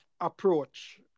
approach